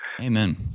Amen